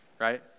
Right